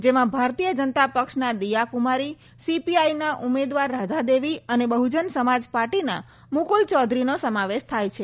જેમાં ભારતીય જનતા પક્ષના દીયા કુમારી સીપીઆઈના ઉમેદવાર રાધાદેવી અને બહુજન સમાજ પાર્ટીના મુકુલ ચૌધરીનો સમાવેશ થાય છે